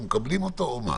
מקבלים אותו וכו'?